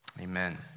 amen